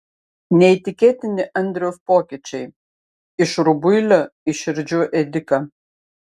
neįtikėtini andriaus pokyčiai iš rubuilio į širdžių ėdiką